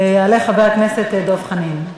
יעלה חבר הכנסת דב חנין.